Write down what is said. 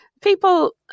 People